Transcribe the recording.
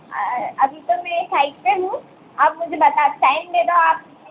अभी तो मैं साइट पर हूँ आप मुझे बटा टाइम दे दो आप